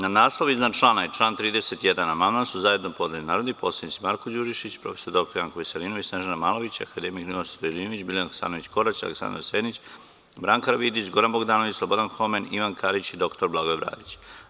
Na naslov iznad člana i član 31. amandman su zajedno podneli narodni poslanici Marko Đurišić, prof. dr Janko Veselinović, Snežana Malović, akademik Ninoslav Stojadinović, Biljana Hasanović Korać, Aleksandar Senić, Branka Karavidić, Goran Bogdanović, Slobodan Homen, Ivan Karić i dr Blagoje Bradić.